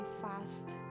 fast